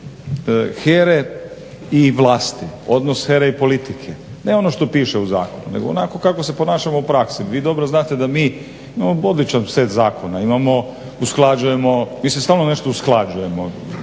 HERA-e i vlasti, odnos HERA-e i politike, ne ono što piše u zakonu, nego onako kako se ponašamo u praksi. Vi dobro znate da mi imamo odličan set zakona, imamo, usklađujemo, mi se stalno nešto usklađujemo.